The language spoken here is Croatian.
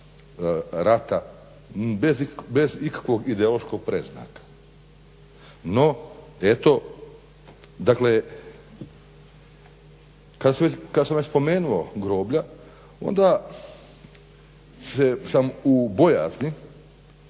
rada bez ikakvog ideološkog predznaka. No, eto dakle kada sam već spomenuo groblja onda sam u bojazni